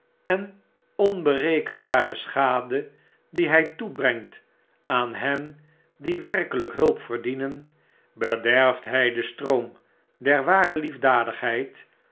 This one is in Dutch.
en de onberekenbare schade die hy toebrengt aan hen die werkelyk hulp verdienen bederft bij den stroom der ware liefdadigheid